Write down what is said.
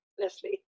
leslie